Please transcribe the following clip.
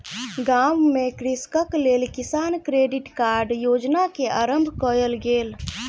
गाम में कृषकक लेल किसान क्रेडिट कार्ड योजना के आरम्भ कयल गेल